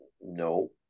No